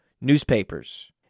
newspapers